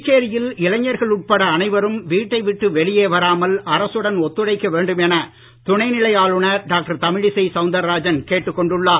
புதுச்சேரியில் இளைஞர்கள் உட்பட அனைவரும் வீட்டை விட்டு வெளியே வராமல் அரசுடன் ஒத்துழைக்க வேண்டும் என துணைநிலை ஆளுநர் டாக்டர் தமிழிசை சவுந்தரராஜன் கேட்டுக் கொண்டுள்ளார்